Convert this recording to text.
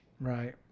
right